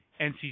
NC